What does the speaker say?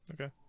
Okay